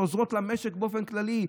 עוזרות למשק באופן כללי,